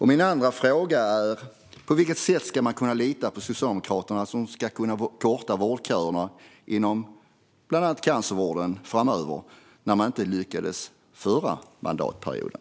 Min andra fråga är: På vilket sätt ska man kunna lita på att Socialdemokraterna ska kunna korta vårdköerna inom bland annat cancervården framöver, när de inte lyckades förra mandatperioden?